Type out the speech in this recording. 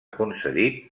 concedit